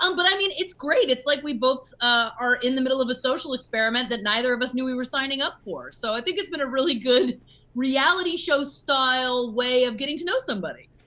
um but i mean it's great, it's like we both are in the middle of a social experiment that neither of us knew we were signing up for. so i think it's been a really good reality show style way of getting to know somebody.